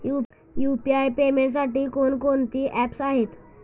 UPI पेमेंटसाठी कोणकोणती apps आहेत?